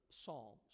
psalms